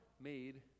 made